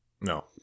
No